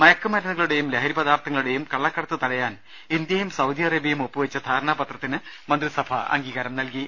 മയക്കുമരുന്നുകളുടേയും ലഹരി പദാർത്ഥങ്ങളുടേയും കള്ളക്ക ടത്ത് തടയാൻ ഇന്ത്യയും സൌദി അറേബ്യയും ഒപ്പുവെച്ച ധാരണാ പത്രത്തിന് മന്ത്രിസഭ അംഗീകാരം നൽകി